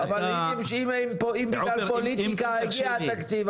ואתה --- אבל אם בגלל פוליטיקה הגיע התקציב,